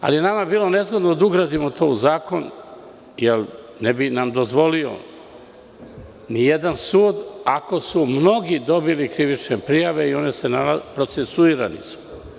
Nama je bilo nezgodno da ugradimo to u zakon jer ne bi nam dozvolio ni jedan sud ako su mnogi dobili krivične prijave i procesuirani su.